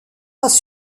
pas